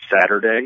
Saturday